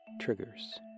Triggers